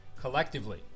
collectively